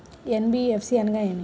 NBFC అనగా ఏమిటీ?